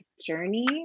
Journey